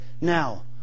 Now